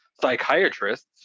psychiatrists